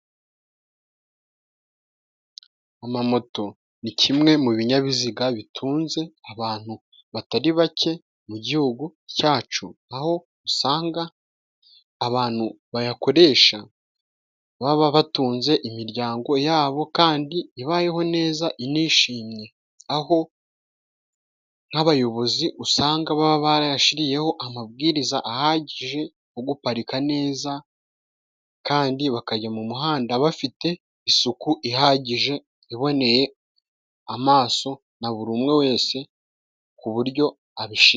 Amamoto ni kimwe mu binyabiziga bitunze abantu batari bake mu gihugu cyacu, aho usanga abantu bayakoresha baba batunze imiryango yabo kandi ibayeho neza inishimye, aho nk'abayobozi usanga baba barayashiriyeho amabwiriza ahagije nko guparika neza, kandi bakajya mu muhanda bafite isuku ihagije iboneye amaso, na buri umwe wese ku buryo abishima.